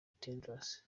tedros